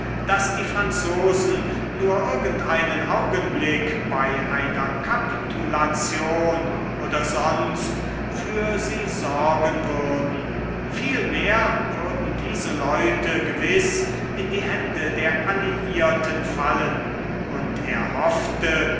daß die franzosen nur irgendeinen augenblick bei einer kapitulation oder sonst für sie sorgen würden vielmehr würden diese leute gewiß in die hände der alliierten fallen und er hoffte